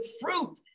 fruit